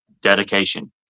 dedication